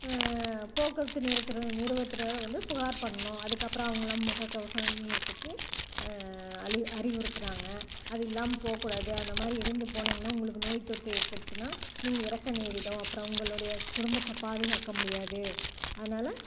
போக்குவரத்து நிறுவத்துறையில் வந்து புகார் பண்ணிணோம் அதுக்கப்புறம் அவங்கள்லாம் முகக்கவசம் அணிகிறத்துக்கு அறிவுறுத்துகிறாங்க அது இல்லாமல் போகக்கூடாது அந்த மாதிரி இருந்து போனிங்கன்னால் உங்களுக்கு நோய் தொற்று ஏற்பட்டுச்சுன்னால் நீங்கள் இறக்க நேரிடும் அப்புறம் உங்களுடைய குடும்பத்தை பாதுகாக்க முடியாது அதனால்